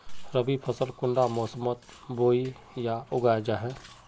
रवि फसल कुंडा मोसमोत बोई या उगाहा जाहा?